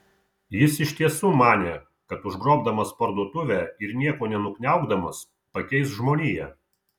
jis iš tiesų manė kad užgrobdamas parduotuvę ir nieko nenukniaukdamas pakeis žmoniją